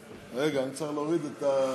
רגע, אני צריך להוריד את,